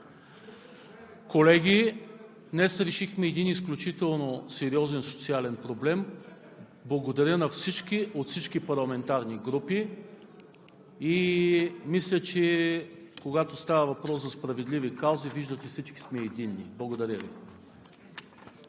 Колеги, днес решихме един изключително сериозен социален проблем. Благодаря на всички от всички парламентарни групи и, мисля, че, когато става въпрос за справедливи каузи, виждате – всички сме единни. Благодаря Ви.